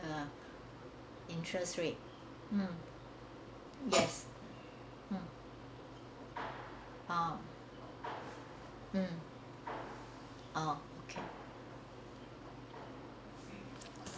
uh interest rate uh yes uh ah mm ah ok